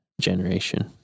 generation